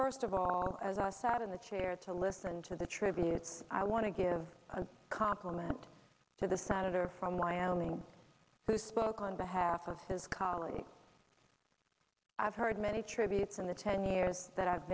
first of all as i sat in the chair to listen to the tributes i want to give a compliment to the solder from wyoming we spoke on behalf of his colleagues i've heard many tributes in the ten years that i've